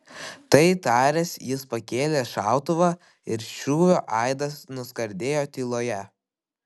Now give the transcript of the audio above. tai taręs jis pakėlė šautuvą ir šūvio aidas nuskardėjo tyloje